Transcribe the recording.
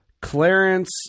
clarence